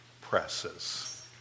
presses